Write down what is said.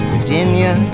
Virginia